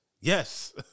yes